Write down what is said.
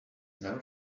never